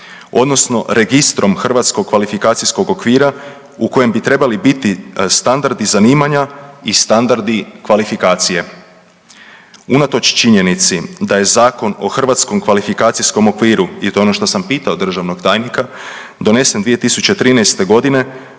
odnosno Registrom hrvatskog kvalifikacijskog okvira u kojem bi trebali biti standardi i zanimanja i standardi kvalifikacije. Unatoč činjenici da je Zakon o hrvatskom kvalifikacijskom okviru je to ono što sam pitao državnog tajnika, donesen 2013.g.